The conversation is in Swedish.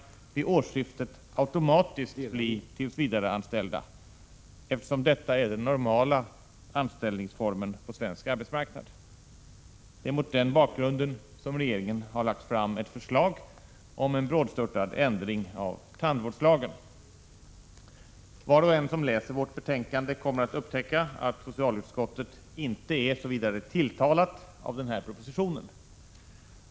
1986/87:50 vid årsskiftet automatiskt bli tillsvidareanställda, eftersom detta är den 16 december 1986 Det är mot den bakgrunden som regeringen har lagt fram ett förslag om en ällni z brådstörtad ändring av tandvårdslagen. Var och en som läser socialutskottets St Maxa SOME assistentbetänkande kommer att upptäcka att socialutskottet inte är speciellt tilltalat tandläkare inom folk av den propositionen.